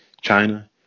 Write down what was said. China